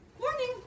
Morning